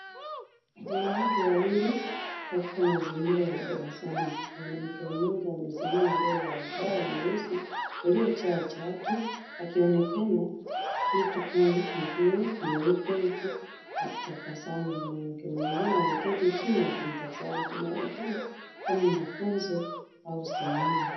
Wanawake wawili katika mazingira ya darasani. Mwanamke mmoja amesimama mbele ya ubao mweusi uliojaa chaki akionekana kitu kama nguo nyeupe huku akitabasamu. Mwanamke mwingine ameketi chini akimtazama inaonekana kama mafunzo au semina.